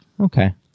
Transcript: Okay